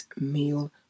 meal